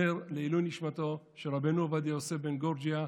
נר לעילוי נשמתו של רבנו עובדיה יוסף בן גורג'יה,